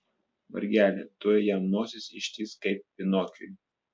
vargeli tuoj jam nosis ištįs kaip pinokiui